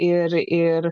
ir ir